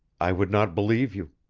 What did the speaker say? i would not believe you.